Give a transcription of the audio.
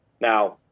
Now